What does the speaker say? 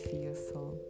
fearful